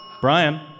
Brian